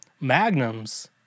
Magnums